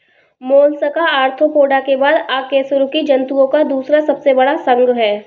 Mollusca Arthropoda के बाद अकशेरुकी जंतुओं का दूसरा सबसे बड़ा संघ है